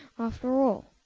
after all!